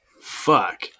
fuck